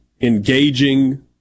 engaging